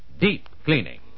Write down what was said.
Deep-cleaning